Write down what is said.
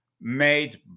made